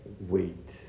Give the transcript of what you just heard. wait